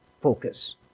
focus